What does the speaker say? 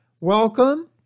Welcome